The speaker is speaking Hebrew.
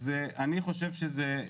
אז אני חושב שזה,